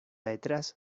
detrás